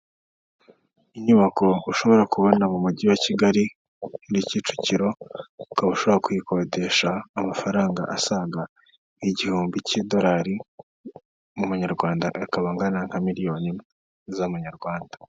Inyubako ushobora kubona mu mugi wa Kigali, iri Kicukiro. Ukaba ushobora kuyikodesha amafaranga asaga igihumbi cy'idorari, mu manyarwanda akaba angana nka miliyoni imwe z'amanyarwanda.